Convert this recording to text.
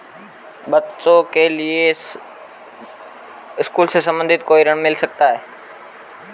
बच्चों के लिए स्कूल से संबंधित कोई ऋण मिलता है क्या?